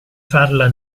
farla